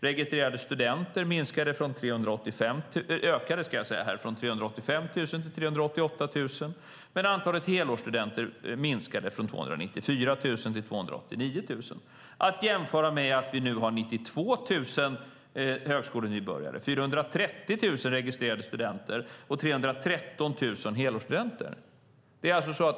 Antalet registrerade studenter ökade från 385 000 till 388 000, men antalet helårsstudenter minskade från 294 000 till 289 000 - detta att jämföra med att vi nu har 92 000 högskolenybörjare, 430 000 registrerade studenter och 313 000 helårsstudenter.